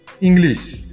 English